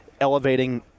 elevating